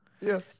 Yes